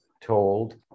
told